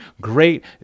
great